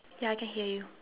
ya I can hear you